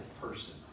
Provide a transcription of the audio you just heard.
person